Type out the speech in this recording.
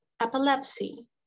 epilepsy